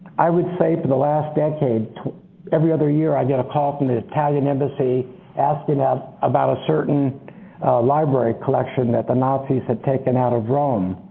i would say for the last decade every other year i get a call from the italian embassy asking us about a certain library collection that the nazis had taken out.